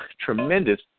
tremendous